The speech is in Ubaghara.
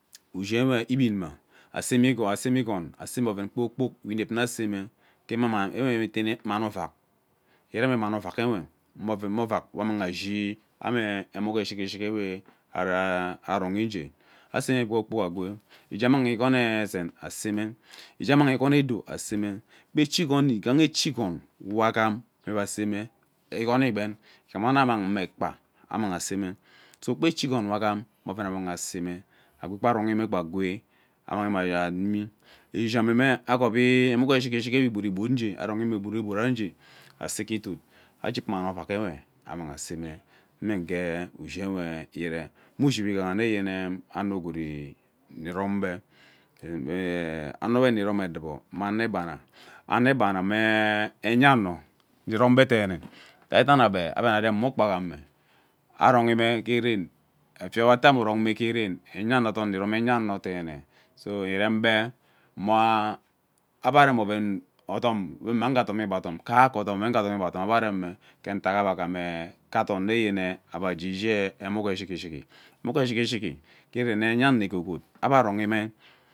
Ushi nwe igbin nwe eseme igon aseme igon aseme oven kpoo kpok we inep nna aseme ke we itene mani ovak ke ireme manioven nwe oven ovak we ammana ashi ame emuk shigi shigi ewe araa arong ngee aseme kpookpok agwee ige ammang igon ezem aseme ige ammangigon edu aseme gba echi igom we ighaha echi igon we agham me we aseme igon igbon igham nao ebe ammang mma ekpa ammang aseme so gba echi igon we gham we oven we aseme agwe gba aronghi gba agwee ammanghi mme amimini ishim agovi emuk shig shig nwe igwud igwud gee aronghi egwuna egwuna ugee ase ge itud ageep mani ovak nwe ammang aseme nwe nge ushu uwe iree mme ushi we ighaha nnyene ano gwood irom ebe ee ano we nne rom edubo me anobana, anobana mme enya ano nni rombe deene edaidena ebe ebe anrem mma ukpa ghama arongme gee rem efia we ado ate ammang me gee ren enya adon ari rom ebe deene so irem gbe amaa adom ama we uga domibe adom ebe remme ka utak ebe agham ke adon mme yene ebe age ishie enuk ee shigi shigi, enuk shigi ke rem enya ano egogod ebe arongme.